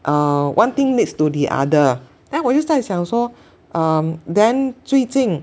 uh one thing leads to the other then 我就在想说 um then 最近